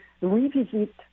revisit